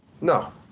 No